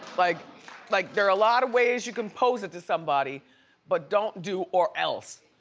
like like there a lot of ways you can pose it to somebody but don't do or else.